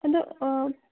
ꯑꯗꯨ ꯑꯥ